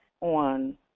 on